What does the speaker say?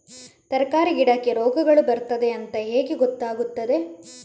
ತರಕಾರಿ ಗಿಡಕ್ಕೆ ರೋಗಗಳು ಬರ್ತದೆ ಅಂತ ಹೇಗೆ ಗೊತ್ತಾಗುತ್ತದೆ?